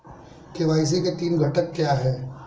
KYC के तीन घटक क्या हैं?